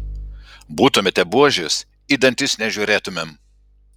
būtumėte buožės į dantis nežiūrėtumėm